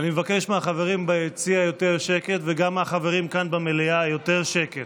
אני מבקש מהחברים ביציע וגם מהחברים כאן במליאה יותר שקט.